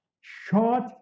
short